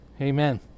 amen